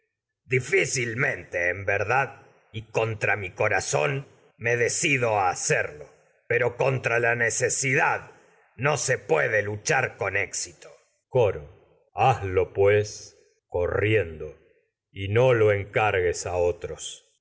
difícilmente a en verdad y mi corazón no se decido hacerlo pero contra la necesidad puede luchar con éxito pues coro otros hazlo corriendo y no lo encargues a